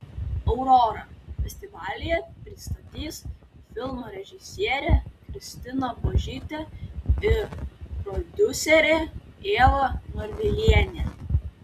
aurorą festivalyje pristatys filmo režisierė kristina buožytė ir prodiuserė ieva norvilienė